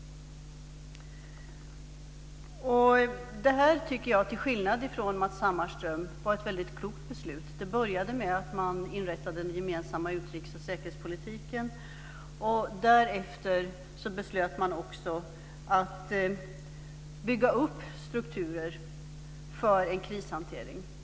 Det här tycker jag, till skillnad från Matz Hammarström, var ett väldigt klokt beslut. Det började med att man inrättade den gemensamma utrikes och säkerhetspolitiken. Därefter beslutade man också att bygga upp strukturer för en krishantering.